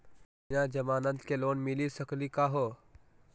बिना जमानत के लोन मिली सकली का हो?